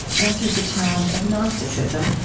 answered the challenge of gnosticism,